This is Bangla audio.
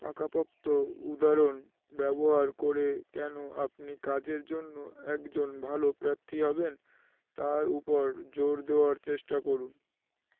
পাকাপোক্ত উদাহরণ ব্যবহার করে কেন আপনি কাজের জন্য একজন ভালো প্রার্থী হবেন তার উপর জোর দেওয়ার চেষ্টা করুন